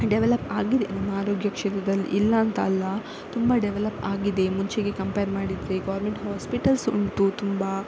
develop ಆಗಿದೆ ನಮ್ಮ ಆರೋಗ್ಯ ಕ್ಷೇತ್ರದಲ್ಲಿ ಇಲ್ಲ ಅಂತಲ್ಲ ತುಂಬ ಡೆವಲಪ್ ಆಗಿದೆ ಮುಂಚೆಗೆ ಕಂಪೇರ್ ಮಾಡಿದರೆ ಗೋರ್ಮೆಂಟ್ ಹಾಸ್ಪಿಟಲ್ಸ್ ಉಂಟು ತುಂಬ